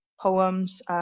poems